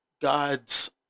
God's